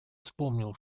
вспомнил